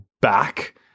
back